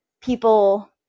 people